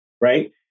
Right